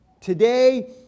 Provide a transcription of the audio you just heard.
Today